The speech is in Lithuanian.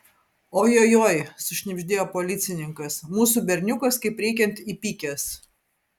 ojojoi sušnibždėjo policininkas mūsų berniukas kaip reikiant įpykęs